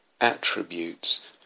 attributes